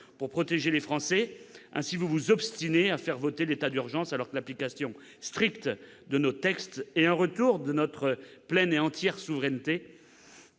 pour protéger les Français. Ainsi, vous vous obstinez à faire voter l'état d'urgence, alors que l'application stricte de nos textes et un retour de notre pleine et entière souveraineté